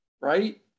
right